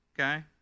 Okay